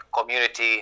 community